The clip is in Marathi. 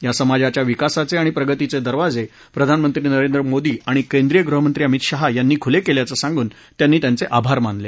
या समाजाच्या विकासाचे आणि प्रगतीचे दरवाजे प्रधानमंत्री नरेंद्र मोदी आणि केंद्रीय गृहमंत्री अमित शहा यांनी खुले केल्याचं सांगून त्यांनी त्यांचे आभार मानले